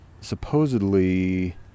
supposedly